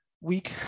week